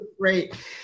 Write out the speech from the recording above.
great